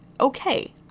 okay